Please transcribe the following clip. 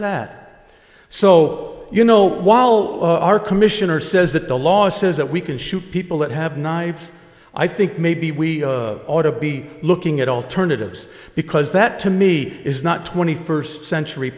that so you know while our commissioner says that the law says that we can shoot people that have knives i think maybe we ought to be looking at alternatives because that to me is not twenty first century